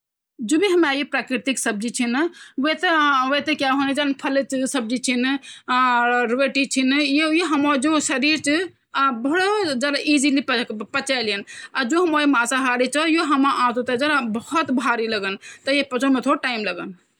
पांणी कि कमि से शरीर माँ उल्टी, डायरिया, ज्यादा पसीना ऊँण, किडनी खराब व्हे सकदि।